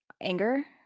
anger